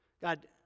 God